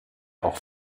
auch